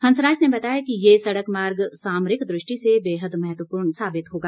हंसराज ने बताया कि ये सड़क मार्ग सामरिक दृष्टि से बेहद महत्वपूर्ण साबित होगा